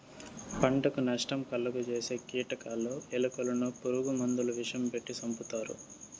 పంటకు నష్టం కలుగ జేసే కీటకాలు, ఎలుకలను పురుగు మందుల విషం పెట్టి సంపుతారు